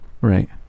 Right